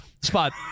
Spot